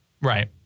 Right